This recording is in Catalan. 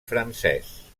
francès